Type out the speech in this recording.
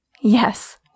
Yes